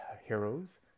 Heroes